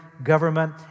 government